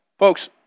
Folks